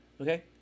Okay